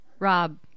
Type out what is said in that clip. Rob